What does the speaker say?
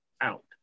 out